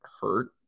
hurt